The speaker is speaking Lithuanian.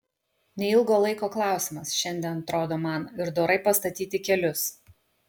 neilgo laiko klausimas šiandien atrodo man ir dorai pastatyti kelius